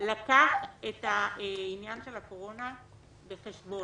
לקח את העניין של הקורונה בחשבון.